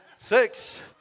Six